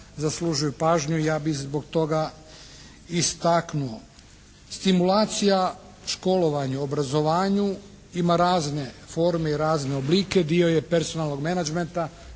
zaslužuju pažnju i ja bih zbog toga istaknuo. Stimulacija školovanju u obrazovanju ima razne forme i razne oblike, dio je personalnog menađmenta